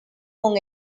con